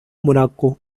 morocco